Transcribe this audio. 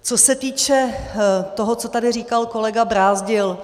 Co se týče toho, co tady říkal kolega Brázdil.